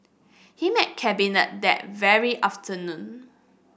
he met Cabinet that very afternoon